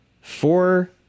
four